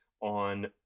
on